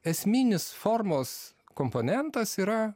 esminis formos komponentas yra